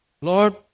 Lord